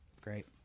great